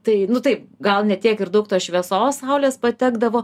tai nu taip gal ne tiek ir daug tos šviesos saulės patekdavo